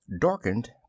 darkened